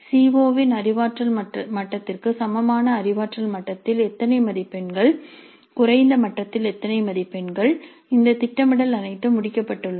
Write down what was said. C O இன் அறிவாற்றல் மட்டத்திற்கு சமமான அறிவாற்றல் மட்டத்தில் எத்தனை மதிப்பெண்கள் குறைந்த மட்டத்தில் எத்தனை மதிப்பெண்கள் இந்த திட்டமிடல் அனைத்தும் முடிக்கப்பட்டுள்ளன